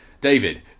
David